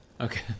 Okay